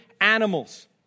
animals